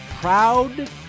proud